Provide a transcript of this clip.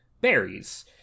berries